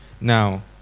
Now